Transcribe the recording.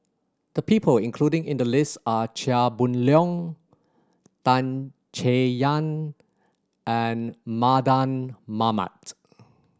the people including in the list are Chia Boon Leong Tan Chay Yan and Mardan Mamat